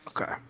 okay